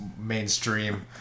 mainstream